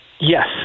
Yes